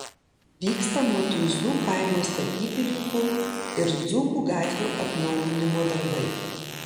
vyksta matuizų kaimo statybininkų ir dzūkų gatvių atnaujinimo darbai